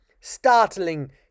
startling